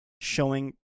showing